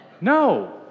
No